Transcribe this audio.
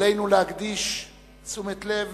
עלינו להקדיש לו תשומת לב,